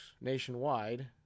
nationwide